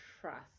trust